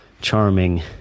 charming